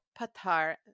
Patar